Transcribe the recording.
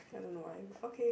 I don't know why okay